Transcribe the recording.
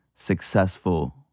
successful